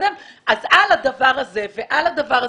אז על הדבר הזה ועל הדבר הזה,